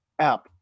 App